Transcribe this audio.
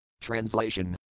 Translation